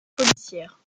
policière